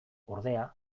ordea